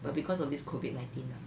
but because of this COVID nineteen ah